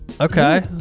Okay